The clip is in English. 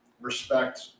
respect